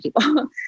people